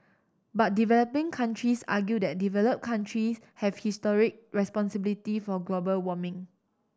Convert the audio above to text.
but developing countries argue that developed countries have historic responsibility for global warming